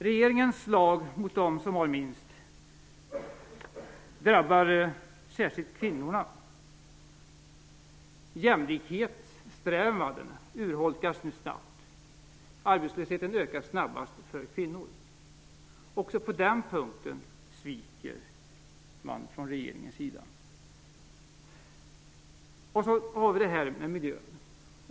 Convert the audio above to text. Regeringens slag mot dem som har minst drabbar särskilt kvinnorna. Jämlikhetssträvandena urholkas nu snabbt. Arbetslösheten ökar snabbast för kvinnor. Också på den punkten sviker man från regeringens sida. Så har vi detta med miljön.